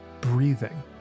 breathing